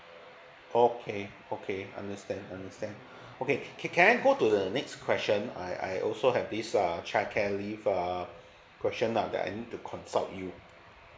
okay okay understand understand okay can can I go to the next question I I also have this uh childcare leave err question lah that I need to consult you